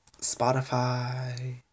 Spotify